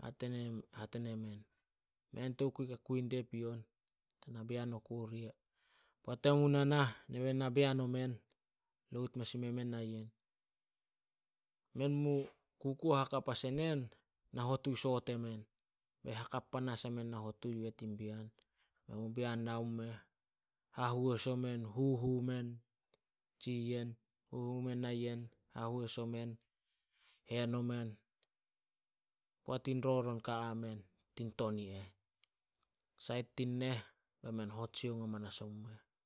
Hate- hate nemen, "Mei an tokui ka kui dia pion. Tana bean oku ria. Poat emen mu nanah, be men na bean omen, load mes ime men nayen. Men mu kukuo hakap as enen, nahotu sot emen. Bei hakap panas yamen nahotu tin bean. Nao meh, hahois omen huhu men nayen, hahois omen, hen omen. Poat in roron ka amen tin ton i eh. Sait tin neh, be men hot sioung amanas omu meh.